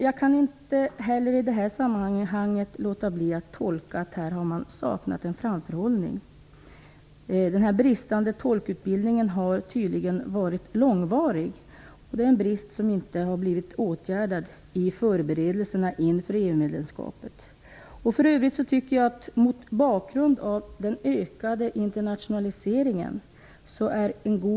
Jag kan inte heller i detta sammanhang låta bli att tolka det som att man har saknat framförhållning. Bristerna i tolkutbildningen har tydligen varit långvariga. Det är en brist som inte har blivit åtgärdad i förberedelserna inför EU För övrigt tycker jag att en god tolkservice är viktigt mot bakgrund av den ökade internationaliseringen.